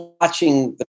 watching